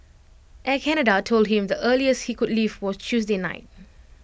Air Canada told him the earliest he could leave was Tuesday night